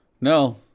no